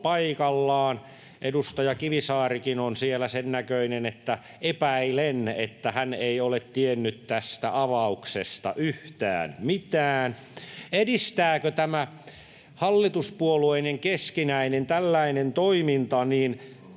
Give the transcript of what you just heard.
Edustaja Kivisaarikin on siellä sen näköinen, että epäilen, että hän ei ole tiennyt tästä avauksesta yhtään mitään. Edistääkö tällainen hallituspuolueiden keskinäinen toiminta nopeaa